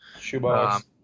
Shoebox